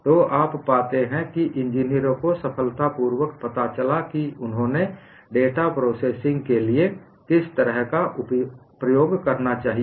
तो आप पाते हैं कि इंजीनियरों को सफलतापूर्वक पता चला है कि उन्हें डेटा प्रोसेसिंग के लिए किस तरह का उपयोग करना चाहिए